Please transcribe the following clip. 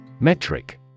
Metric